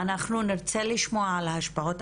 אנחנו נרצה לשמוע על ההשפעות.